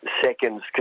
seconds